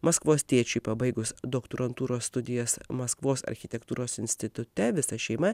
maskvos tėčiui pabaigus doktorantūros studijas maskvos architektūros institute visa šeima